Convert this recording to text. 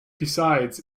besides